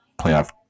playoff